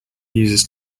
uses